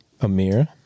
Amir